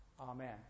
Amen